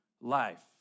life